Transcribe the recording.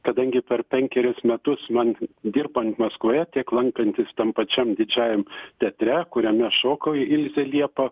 kadangi per penkerius metus man dirbant maskvoje tiek lankantis tam pačiam didžiajam teatre kuriame šoko ilzė liepa